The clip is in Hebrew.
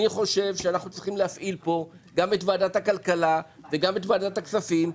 אני חושב שאנחנו צריכים להפעיל גם את ועדת הכלכלה וגם את ועדת הכספים,